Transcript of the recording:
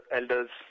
elders